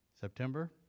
September